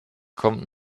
kommt